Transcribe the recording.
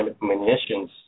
munitions